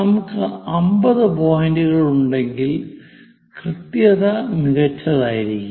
നമുക്ക് 50 പോയിന്റുകൾ ഉണ്ടെങ്കിൽ കൃത്യത മികച്ചതായിരിക്കും